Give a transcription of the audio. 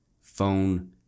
phone